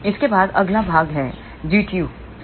इसके बाद अगला भाग आता है जो Gtu है